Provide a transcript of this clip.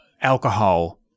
alcohol